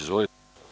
Izvolite.